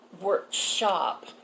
workshop